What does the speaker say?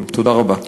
תודה רבה.